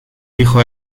dijo